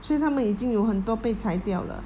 所以他们已经有很多被裁掉了